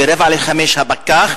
ב-16:45 הפקח,